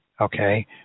Okay